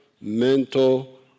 mental